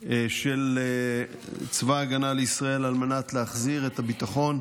של צבא הגנה לישראל על מנת להחזיר את הביטחון,